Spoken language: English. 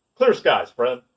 clear skies friend!